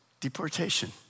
deportation